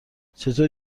چطور